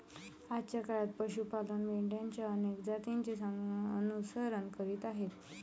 आजच्या काळात पशु पालक मेंढरांच्या अनेक जातींचे अनुसरण करीत आहेत